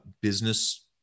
business